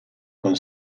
con